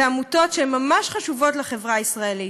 בעמותות שהן ממש חשובות לחברה הישראלית.